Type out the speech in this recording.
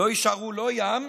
לא יישארו לא ים,